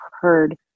heard